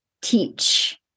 teach